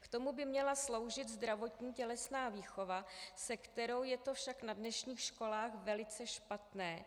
K tomu by měla sloužit zdravotní tělesná výchova, se kterou je to však na dnešních školách velice špatné.